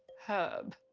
herb.